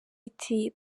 iti